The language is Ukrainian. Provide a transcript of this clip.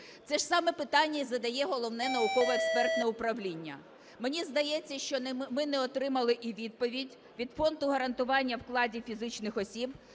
Це ж саме питання і задає Головне науково-експертне управління. Мені здається, що ми не отримали і відповідь від Фонду гарантування вкладів фізичних осіб,